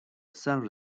central